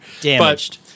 Damaged